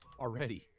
already